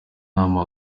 nama